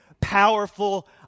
powerful